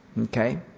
Okay